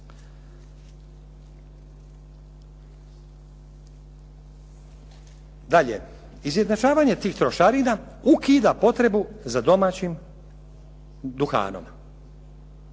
Dalje, izjednačavanje tih trošarina ukida potrebu za domaćim duhanom.